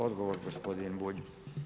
Odgovor, gospodin Bulj.